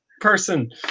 person